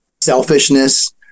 selfishness